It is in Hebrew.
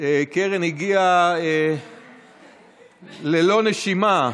ברק הגיעה ללא נשימה.